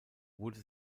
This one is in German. wurde